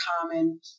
common